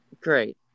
Great